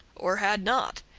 or had not.